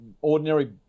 ordinary